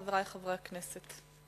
חברי חברי הכנסת,